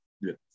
Yes